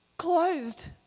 Closed